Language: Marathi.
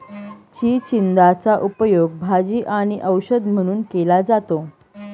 चिचिंदाचा उपयोग भाजी आणि औषध म्हणून केला जातो